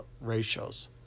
ratios